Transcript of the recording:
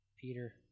Peter